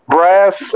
Brass